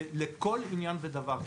לכל עניין ודבר.